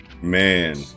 man